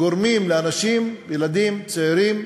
גורמות לאנשים, ילדים, צעירים,